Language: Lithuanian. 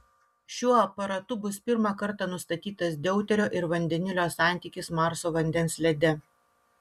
šiuo aparatu bus pirmą kartą nustatytas deuterio ir vandenilio santykis marso vandens lede